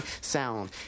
Sound